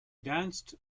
danced